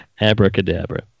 abracadabra